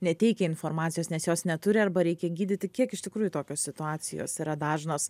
neteikia informacijos nes jos neturi arba reikia gydyti kiek iš tikrųjų tokios situacijos yra dažnos